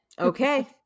Okay